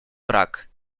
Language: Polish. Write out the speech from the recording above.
brak